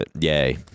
Yay